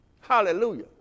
Hallelujah